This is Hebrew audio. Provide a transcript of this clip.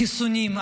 החיסונים?